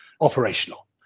operational